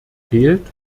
fehlt